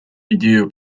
идею